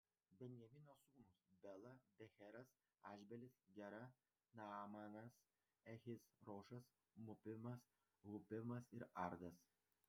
benjamino sūnūs bela becheras ašbelis gera naamanas ehis rošas mupimas hupimas ir ardas